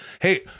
Hey